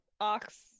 Ox